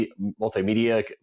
multimedia